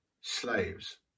slaves